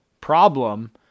problem